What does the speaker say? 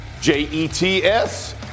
J-E-T-S